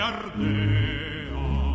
Ardea